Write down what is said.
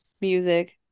music